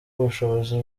ubushobozi